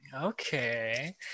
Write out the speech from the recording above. Okay